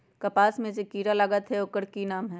कपास में जे किरा लागत है ओकर कि नाम है?